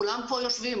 כולם פה יושבים.